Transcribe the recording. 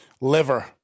Liver